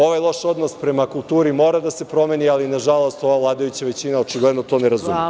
Ovaj loš odnos prema kulturi mora da se promeni, ali nažalost, ova vladajuća većina očigledno to ne razume.